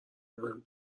مهم